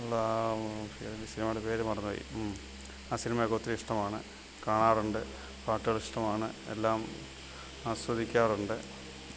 ഉള്ളാ സിനിമയുടെ പേര് മറന്നുപോയി ഉം ആ സിനിമയൊക്കെ ഒത്തിരി ഇഷ്ടമാണ് കാണാറുണ്ട് പാട്ടുകളിഷ്ടമാണ് എല്ലാം ആസ്വദിക്കാറുണ്ട്